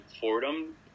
Fordham